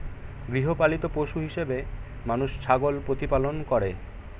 গৃহপালিত পশু হিসেবে মানুষ ছাগল প্রতিপালন করে